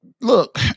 Look